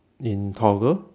in toggle